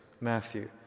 Matthew